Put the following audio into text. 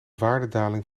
waardedaling